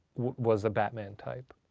was the batman type.